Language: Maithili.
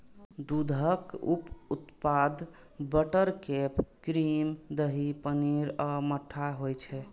दूधक उप उत्पाद बटरफैट, क्रीम, दही, पनीर आ मट्ठा होइ छै